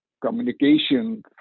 communication